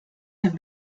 have